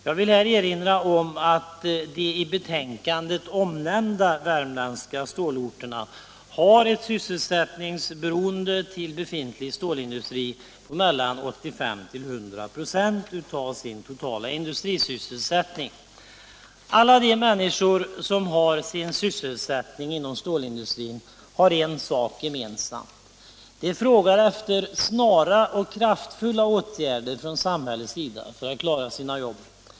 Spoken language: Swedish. Jag vill här erinra om att de i betänkandet omnämnda värmländska stålorterna har ett sysselsättningsberoende till befintlig stålindustri på mellan 85 och 100 ?6 av sin totala industrisysselsättning. Alla de människor som har sin sysselsättning inom stålindustrin har en sak gemensam: de frågar efter snara och kraftfulla åtgärder från samhällets sida för att klara sina jobb.